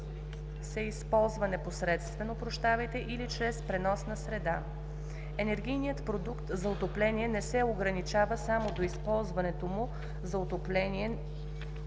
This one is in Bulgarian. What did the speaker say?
се използва непосредствено или чрез преносна среда. Енергийният продукт за отопление не се ограничава само до използването му за отопление